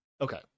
Okay